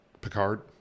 Picard